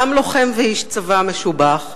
גם לוחם ואיש צבא משובח.